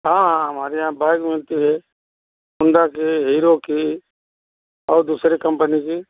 हाँ हाँ हमारे यहाँ बाइक मिलती है होंडा के हीरो की और दूसरी कम्पनी की